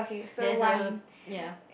there's a ya